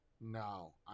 No